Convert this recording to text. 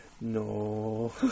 No